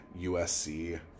USC